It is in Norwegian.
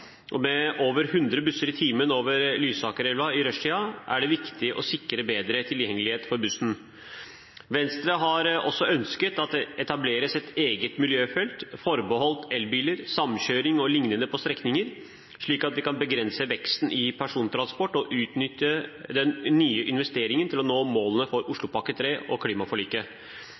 og med over 100 busser i timen over Lysakerelva i rushtiden er det viktig å sikre bedre tilgjengelighet for bussen. Venstre har også ønsket at det etableres et eget miljøfelt forbeholdt elbiler, samkjøring o.l. på strekningen, slik at vi kan begrense veksten i persontransport og utnytte den nye investeringen til å nå målene for Oslopakke 3 og klimaforliket.